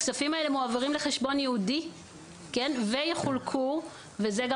הכספים האלה מועברים לחשבון ייעודי ויחולקו - וזה גם